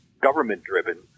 government-driven